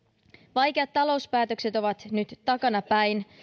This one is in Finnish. vaikeat talouspäätökset ovat nyt takanapäin